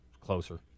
closer